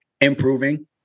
Improving